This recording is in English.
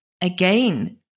Again